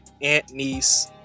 aunt-niece